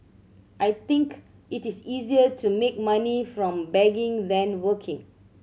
I think it is easier to make money from begging than working